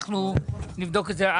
אנחנו נבדוק את זה.